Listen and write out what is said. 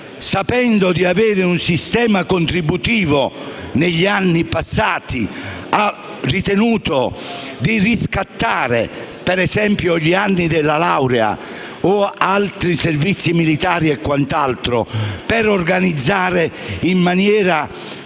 sapendo di avere il sistema contributivo negli anni passati, ha ritenuto di riscattare ad esempio gli anni della laurea, del servizio militare e quant'altro, per organizzare a